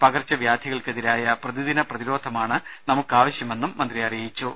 പകർച്ചവ്യാധികൾക്കെതിരായി പ്രതിദിന പ്രതിരോധമാണ് നമുക്ക് ആവശ്യമെന്നും മന്ത്രി പറഞ്ഞു